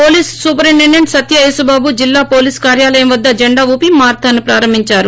police superintendent Satya Yesubabu జిల్లా police కార్యాలయం వద్ద జెండా ఊపి మారథాన్ను ప్రారంభిందారు